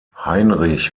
heinrich